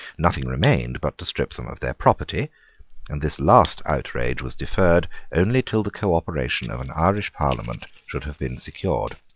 nothing remained but to strip them of their property and this last outrage was deferred only till the cooperation of an irish parliament should have been secured.